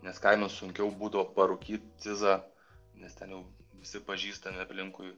nes kainos sunkiau būdavo parūkyt cizą nes ten jau visi pažįstami aplinkui